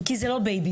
כי זה לא בייביסיטר.